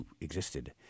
existed